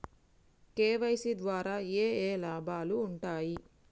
KYC ద్వారా ఏఏ లాభాలు ఉంటాయి?